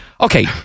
Okay